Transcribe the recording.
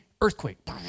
earthquake